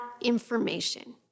information